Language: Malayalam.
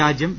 രാജ്യം വി